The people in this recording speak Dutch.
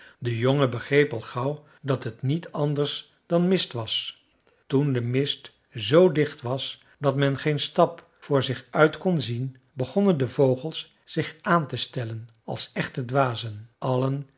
de jongen begreep al gauw dat het niet anders dan mist was toen de mist zoo dicht was dat men geen stap voor zich uit kon zien begonnen de vogels zich aan te stellen als echte dwazen allen